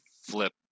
flip